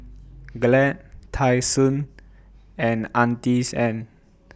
Glad Tai Sun and Auntie Anne's